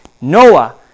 Noah